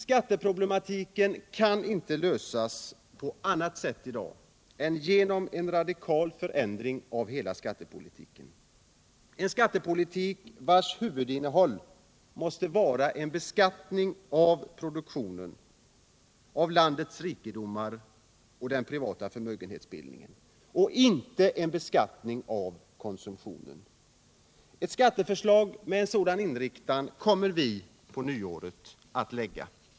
Skatteproblematiken kan inte lösas på annat sätt i dag än genom en radikal förändring av hela skattepolitiken till en politik vars huvudinnehåll måste vara en beskattning av produktionen och landets rikedomar samt den privata förmögenhetsbildningen och inte en beskattning av konsumtionen. Ett skatteförslag med sådan inriktning kommer vi att lägga fram efter nyår.